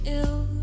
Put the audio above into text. ill